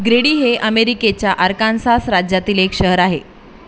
ग्रेडी हे अमेरिकेच्या आर्कान्सास राज्यातील एक शहर आहे